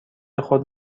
خود